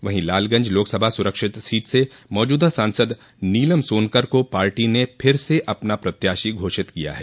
वहीं लालगंज लोकसभा सुरक्षित सीट से मौजूदा सांसद नीलम सोनकर को पार्टी ने फिर से अपना प्रत्याशी घोषित किया है